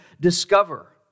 discover